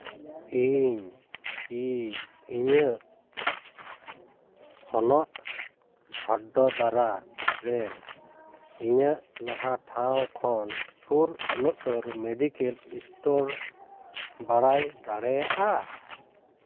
ᱤᱧ ᱠᱤ ᱤᱧᱟᱹᱜ ᱦᱚᱱᱚᱛ ᱵᱷᱟᱰᱳᱫᱟᱨᱟ ᱨᱮ ᱤᱧᱟᱹᱜ ᱱᱟᱣᱟ ᱴᱷᱟᱶ ᱠᱷᱚᱱ ᱥᱩᱨ ᱩᱛᱟᱹᱨ ᱢᱮᱰᱤᱠᱮᱞ ᱥᱴᱳᱨ ᱵᱟᱲᱟᱭ ᱫᱟᱲᱮᱭᱟᱜᱼᱟ